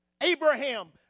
Abraham